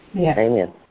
Amen